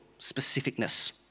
specificness